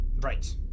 Right